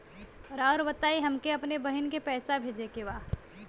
राउर बताई हमके अपने बहिन के पैसा भेजे के बा?